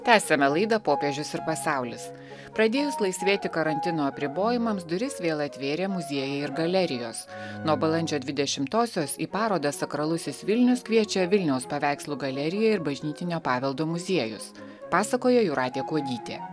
tęsiame laidą popiežius ir pasaulis pradėjus laisvėti karantino apribojimams duris vėl atvėrė muziejai ir galerijos nuo balandžio dvidešimtosios į parodą sakralusis vilnius kviečia vilniaus paveikslų galerija ir bažnytinio paveldo muziejus pasakoja jūratė kuodytė